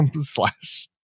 slash